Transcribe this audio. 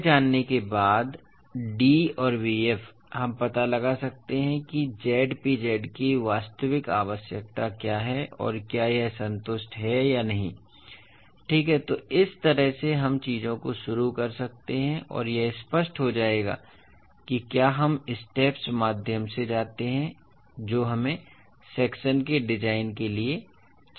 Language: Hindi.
तो यह जानने के बाद d और bf हम पता लगा सकते हैं कि Zpz की वास्तविक आवश्यकता क्या है और क्या यह संतुष्ट है या नहीं ठीक है तो इस तरह से हम चीजों को शुरू कर सकते हैं और यह स्पष्ट हो जाएगा कि क्या हम स्टेप्स माध्यम से जाते हैं जो हमें सेक्शन के डिजाइन के लिए चाहिए